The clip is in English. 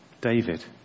David